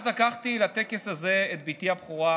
אז לקחתי לטקס הזה את בתי הבכורה,